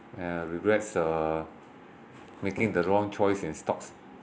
yeah regrets uh making the wrong choice in stocks